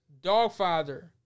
Dogfather